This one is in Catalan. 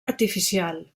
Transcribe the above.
artificial